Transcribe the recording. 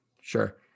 sure